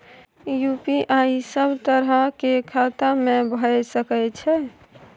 UPI सब तरह के खाता में भय सके छै?